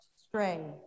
stray